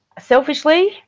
selfishly